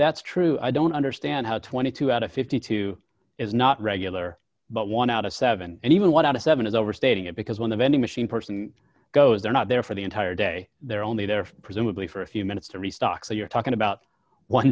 that's true i don't understand how twenty two out of fifty two dollars is not regular but one out of seven and even one out of seven is overstating it because when the vending machine person goes they're not there for the entire day they're only there presumably for a few minutes to restock so you're talking about one